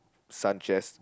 Sanchez